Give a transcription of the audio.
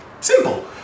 Simple